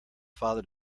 father